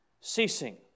ceasing